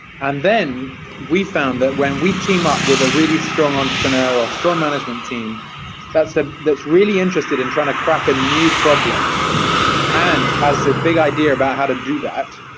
and then we found that when we team up with a really strong entrepreneur or strong management team that's ah that's really interested in trying to crack a new problem and has a big idea about how to do that,